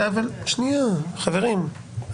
חברים,